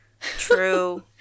True